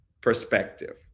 perspective